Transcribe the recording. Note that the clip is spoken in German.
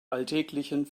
alltäglichen